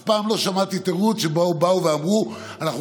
אף פעם לא שמעתי תירוץ שבאו ואמרו: אנחנו